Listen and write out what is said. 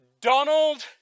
Donald